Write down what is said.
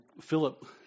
Philip